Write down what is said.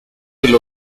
del